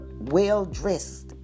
well-dressed